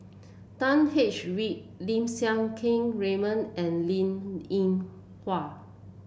William H Read Lim Siang Keat Raymond and Linn In Hua